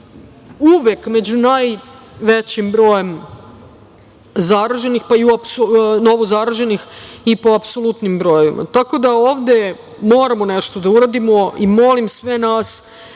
uvek među najvećim brojem novozaraženih i po apsolutnim brojevima. Tako da ovde moramo nešto da uradimo i molim sve nas